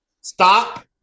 Stop